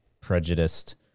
prejudiced